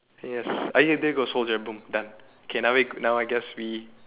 yes soldier boom done okay now we now I guess we